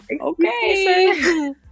okay